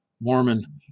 Mormon